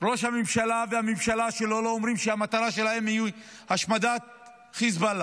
ראש הממשלה והממשלה שלו לא אומרים שהמטרה שלהם היא השמדת חיזבאללה,